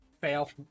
Fail